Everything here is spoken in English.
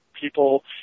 people